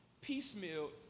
piecemeal